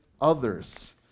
others